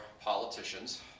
politicians